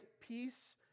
peace